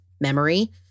memory